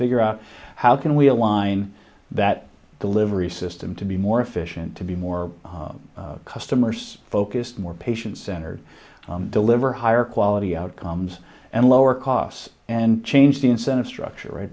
figure out how can we align that delivery system to be more efficient to be more customers focused more patient centered deliver higher quality outcomes and lower costs and change the incentive structure